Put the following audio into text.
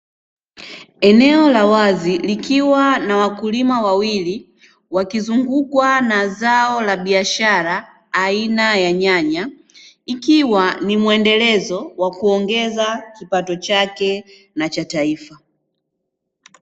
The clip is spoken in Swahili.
Eneo la wazi likiwa na wakulima wawili wakizungukwa na zao la biashara aina ya nyanya, ikiwa ni mwendelezo wa kuongeza kipato chake na cha taifa.